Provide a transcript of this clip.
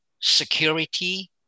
security